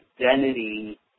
identity